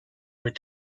were